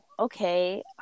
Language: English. Okay